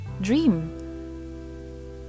dream